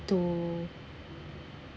to